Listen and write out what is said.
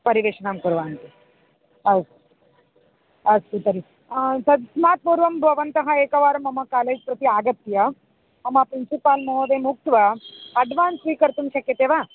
परिवेषणं कुर्वन्ति ओ अस्तु तर्हि तस्मात् पूर्वं भवन्तः एकवारं मम कालेज् प्रति आगत्य मम प्रिन्सिपाल् महोदयं उक्त्वा अड्वान्स् स्वीकर्तुं शक्यते वा